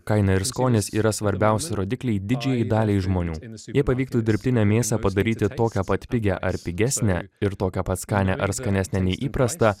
kaina ir skonis yra svarbiausi rodikliai didžiajai daliai žmonių jei pavyktų dirbtinę mėsą padaryti tokią pat pigią ar pigesnę ir tokią pat skanią ar skanesnę nei įprasta